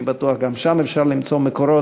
אני בטוח שגם שם אפשר למצוא מקורות,